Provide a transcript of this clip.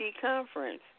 conference